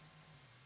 Hvala.